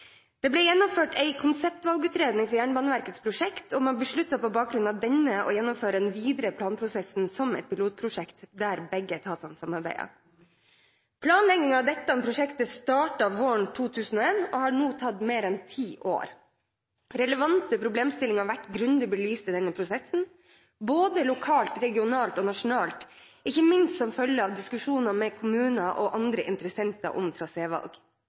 Det ble gjennomført en konseptvalgutredning for Jernbaneverkets prosjekt, og man besluttet på bakgrunn av denne å gjennomføre den videre planprosessen som et pilotprosjekt, der begge etatene samarbeider. Planleggingen av dette prosjektet startet våren 2001 og har nå tatt mer enn ti år. Relevante problemstillinger har vært grundig belyst i denne prosessen, både lokalt, regionalt og nasjonalt, ikke minst som følge av diskusjonene med kommuner og andre interessenter om